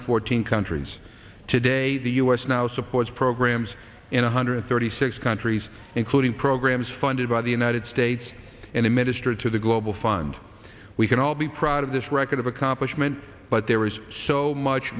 hundred fourteen countries today the u s now supports programs in one hundred thirty six countries including programs funded by the united states and administered to the global fund we can all be proud of this record of accomplishment but there is so much